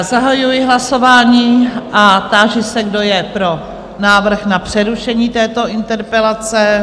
Zahajuji hlasování a táži se, kdo je pro návrh na přerušení této interpelace?